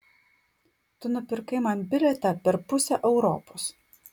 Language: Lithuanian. tu nupirkai man bilietą per pusę europos